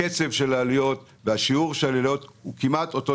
הקצב של העליות והשיעור של העליות כמעט זהה.